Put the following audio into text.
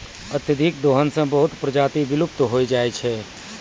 अत्यधिक दोहन सें बहुत प्रजाति विलुप्त होय जाय छै